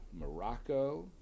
Morocco